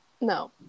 No